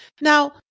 Now